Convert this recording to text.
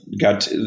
got